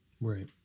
Right